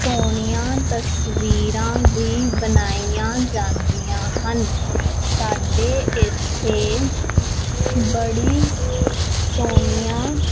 ਸੋਹਣੀਆਂ ਤਸਵੀਰਾਂ ਵੀ ਬਣਾਈਆਂ ਜਾਂਦੀਆਂ ਹਨ ਸਾਡੇ ਇੱਥੇ ਬੜੀਆਂ ਸੋਹਣੀਆਂ